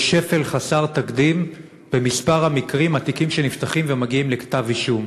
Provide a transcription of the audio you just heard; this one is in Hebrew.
יש שפל חסר תקדים במספר התיקים שנפתחים ומגיעים לכתב אישום.